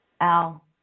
Al